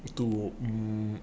to mmhmm